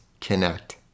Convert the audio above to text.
connect